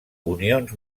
unions